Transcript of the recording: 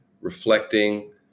reflecting